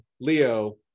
Leo